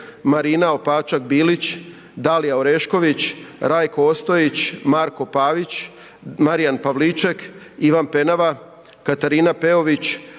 Marina Opačak Bilić, Dalija Orešković, Rajko Ostojić, Marko Pavić, Marijan Pavliček, Ivan Penava, Katarina Peović,